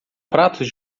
pratos